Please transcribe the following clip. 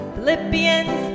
Philippians